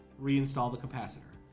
reinstall the capacitor